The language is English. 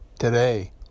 Today